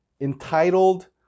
entitled